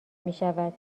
میشود